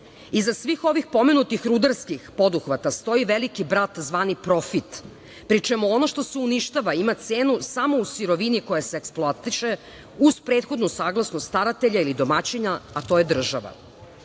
svih ovih pomenutih rudarskih poduhvata stoji veliki brat zvani profit, pri čemu ono što se uništava ima cenu samo u sirovini koja se eksploatiše, uz prethodnu saglasnost staratelja ili domaćina, a to je država.